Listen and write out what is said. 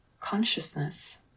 consciousness